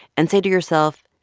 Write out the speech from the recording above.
and say to yourself,